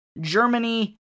Germany